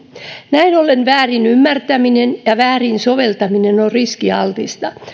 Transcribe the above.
näin ollen väärin ymmärtäminen ja väärin soveltaminen on riskialtista